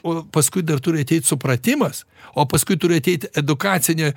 o paskui dar turi ateit supratimas o paskui turi ateit edukacinė